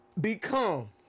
become